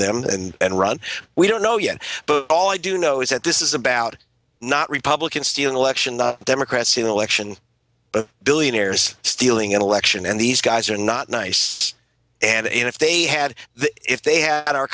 them and run we don't know yet but all i do know is that this is about not republican stealing election the democrats election billionaires stealing an election and these guys are not nice and if they had the if they had our